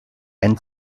and